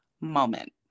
moment